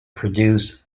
produce